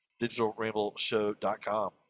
DigitalRambleShow.com